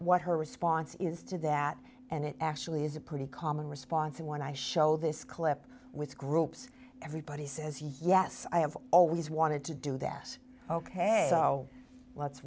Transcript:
what her response is to that and it actually is a pretty common response and when i show this clip with groups everybody says yes i have always wanted to do that ok so